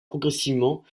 progressivement